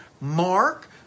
Mark